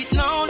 no